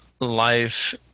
life